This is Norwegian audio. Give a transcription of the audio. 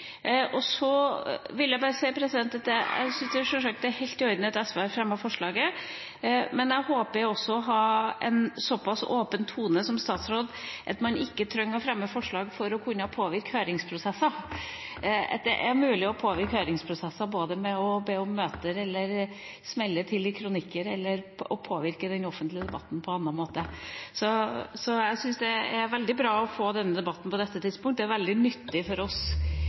er helt i orden at SV har fremmet forslaget, men jeg håper også å ha en såpass åpen tone som statsråd at man ikke trenger å fremme forslag for å kunne påvirke høringsprosesser, at det er mulig å påvirke høringsprosesser ved å be om møter, smelle til i kronikker eller påvirke den offentlige debatten på annen måte. Jeg syns det er veldig bra å få denne debatten på dette tidspunktet. Det er veldig nyttig for oss